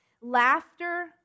Laughter